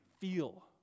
feel